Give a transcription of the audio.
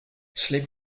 sleep